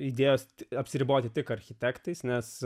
idėjos apsiriboti tik architektais nes